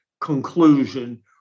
conclusion